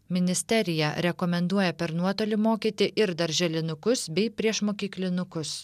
ministerija rekomenduoja per nuotolį mokyti ir darželinukus bei priešmokyklinukus